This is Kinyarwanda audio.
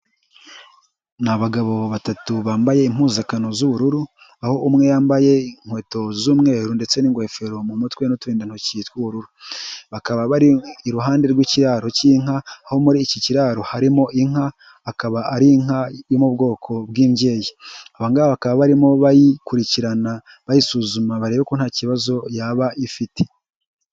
Ni abagabo batatu bambaye impuzankano z'ubururu aho umwe yambaye inkweto z'umweru ndetse n'ingofero mu mutwe n'uturindantoki tw'ubururu, bakaba bari iruhande rw'ikiraro cy'inka aho muri iki kiraro harimo inka akaba ari inka iri mu bwoko bw'imbyeyi, aba ngaba bakaba barimo bayikurikirana bayisuzuma barebe ko nta kibazo yaba ifite.